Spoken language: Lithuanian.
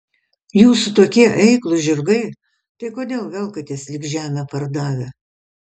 jūsų tokie eiklūs žirgai tai kodėl velkatės lyg žemę pardavę